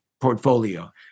portfolio